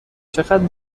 چقدر